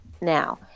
now